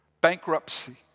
Bankruptcy